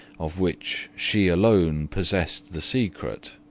of which she alone possessed the secret